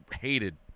Hated